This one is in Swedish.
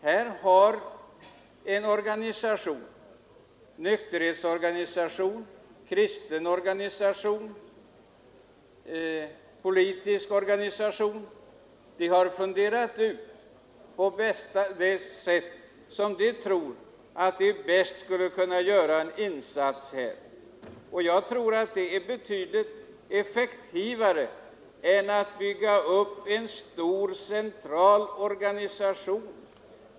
Om man i en nykterhetsorganisation, i en kristen organisation eller i en politisk organisation har funderat ut det sätt som man anser är det bästa för att göra en insats på detta område, så tror jag att det är betydligt effektivare än att bygga upp en stor central organisation.